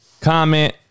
Comment